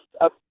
up